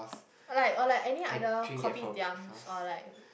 like or like any other Kopitiams or like